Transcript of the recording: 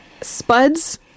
Spud's